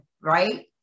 right